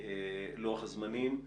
לוח הזמנים.